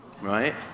Right